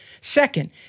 Second